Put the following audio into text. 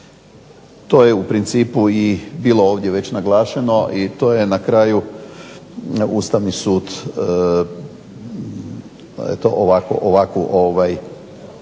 To je u principu i bilo ovdje već naglašeno i to je na kraju Ustavni sud ovakvo